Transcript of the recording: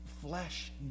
flesh